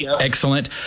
Excellent